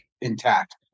intact